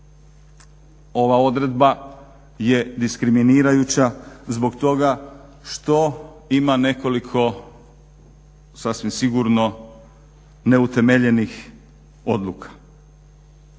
Ova odredba je diskriminirajuća zbog toga što ima nekoliko sasvim sigurno neutemeljenih odluka.